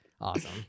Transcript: Awesome